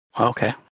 Okay